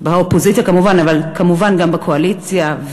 באופוזיציה כמובן אבל כמובן גם בקואליציה,